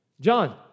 John